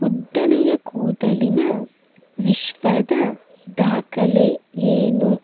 ಉದ್ದನೆಯ ಕೂದಲಿನ ವಿಶ್ವದ ದಾಖಲೆ ಏನು